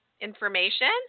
information